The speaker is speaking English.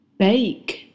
bake